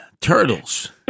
turtles